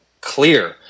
clear